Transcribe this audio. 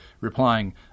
replying